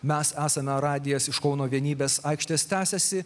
mes esame radijas iš kauno vienybės aikštės tęsiasi